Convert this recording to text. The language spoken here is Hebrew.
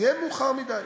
זה יהיה מאוחר מדי.